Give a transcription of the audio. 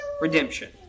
Redemption